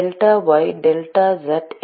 delta Y delta Z